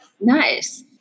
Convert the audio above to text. nice